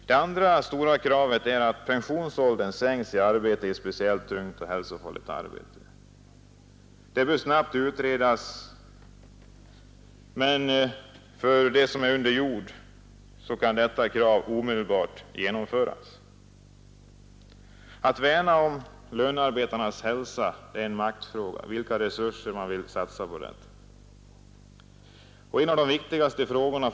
Det andra stora kravet är att pensionsåldern sänks för arbetare i speciellt tungt och hälsofarligt arbete. Detta bör snabbt utredas. För underjordsarbetarna bör dock dessa krav omedelbart kunna tillgodoses. Att värna om lönearbetarnas hälsa är en maktfråga; det är en fråga om vilka resurser man vill satsa.